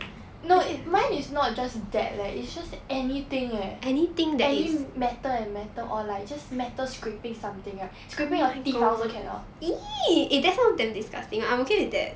no mine is not just that leh it's just anything eh any metal and metal or like just metal scraping something scraping your teeth I also cannot